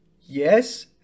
Yes